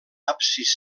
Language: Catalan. absis